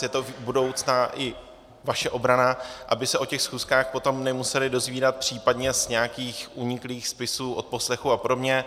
Je to do budoucna i vaše obrana, aby se o těch schůzkách potom nemuseli dozvídat případně z nějakých uniklých spisů, odposlechů a podobně.